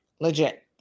Legit